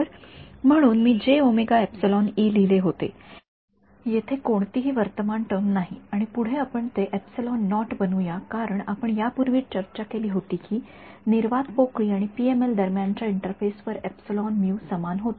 म्हणून मी लिहिले होते येथे कोणतीही वर्तमान टर्म नाही आणि पुढे आपण ते बनवूया कारण आपण यापूर्वी चर्चा केली होती की निर्वात पोकळी आणि पीएमएल दरम्यानच्या इंटरफेस वर एप्सिलॉन म्यू समान होते